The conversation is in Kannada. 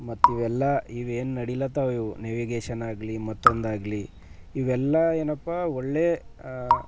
ಮತ್ತು ಇವೆಲ್ಲ ಇವೇನು ನಡೆಯುತ್ತವೆ ಇವು ನೆವಿಗೇಷನ್ ಆಗಲಿ ಮತ್ತೊಂದಾಗಲಿ ಇವೆಲ್ಲ ಏನಪ್ಪ ಒಳ್ಳೆ